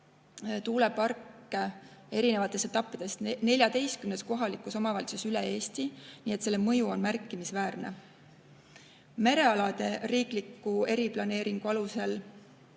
tuuleparke neljateistkümnes kohalikus omavalitsuses üle Eesti, nii et selle mõju on märkimisväärne. Merealade riikliku eriplaneeringu alusel